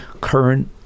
current